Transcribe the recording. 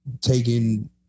taking